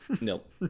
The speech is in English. nope